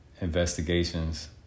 investigations